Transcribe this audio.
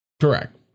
correct